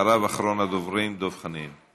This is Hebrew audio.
ואחריו אחרון הדוברים, דב חנין.